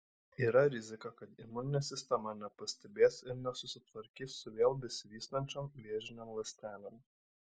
yra rizika kad imuninė sistema nepastebės ir nesusitvarkys su vėl besivystančiom vėžinėm ląstelėm